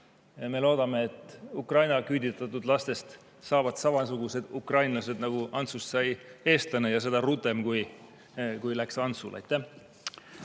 Me loodame, et Ukrainast küüditatud lastest saavad samamoodi ukrainlased, nagu Antsust sai eestlane, ja seda rutem, kui läks Antsul. Aitäh!